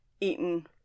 eaten